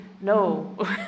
no